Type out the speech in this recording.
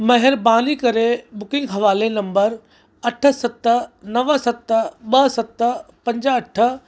महिरबानी करे बुकिंग हवाले नम्बर अठ सत नव सत ॿ सत पंज अठ